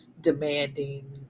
demanding